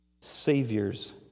Saviors